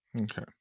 Okay